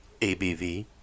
ABV